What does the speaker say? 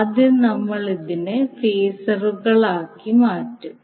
ആദ്യം നമ്മൾ അതിനെ ഫേസറുകളാക്കി മാറ്റും